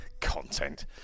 content